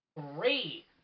three